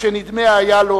כשנדמה היה לו